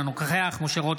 אינו נוכח משה רוט,